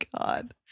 god